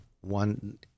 one